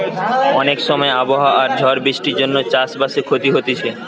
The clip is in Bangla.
অনেক সময় আবহাওয়া আর ঝড় বৃষ্টির জন্যে চাষ বাসে ক্ষতি হতিছে